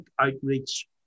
outreach